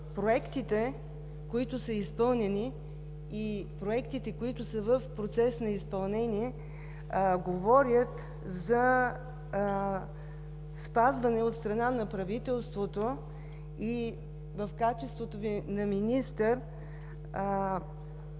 Проектите, които са изпълнени, и проектите, които са в процес на изпълнение, говорят за спазване от страна на правителството, и в качеството Ви на министър,